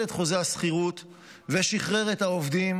את חוזה השכירות ושחרר את העובדים.